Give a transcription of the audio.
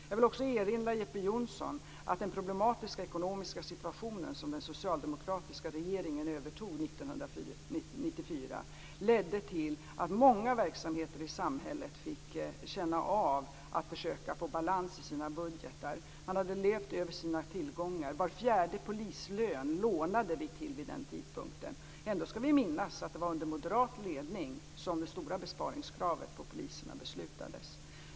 Jag vill också erinra Jeppe Johnsson om att den problematiska ekonomiska situationen som den socialdemokratiska regeringen övertog 1994 ledde till att många verksamheter i samhället fick känna av att försöka få balans i sina budgetar. Man hade levt över sina tillgångar. Var fjärde polislön lånade vi till vid den tidpunkten. Ändå skall vi minnas att det var under moderat ledning som det stora besparingskravet på poliserna beslutades.